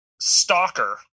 Stalker